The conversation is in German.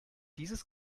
dieses